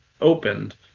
opened